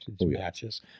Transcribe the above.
matches